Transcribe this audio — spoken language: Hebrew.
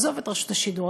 עזוב את רשות השידור,